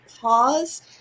pause